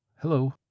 Hello